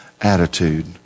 attitude